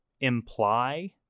imply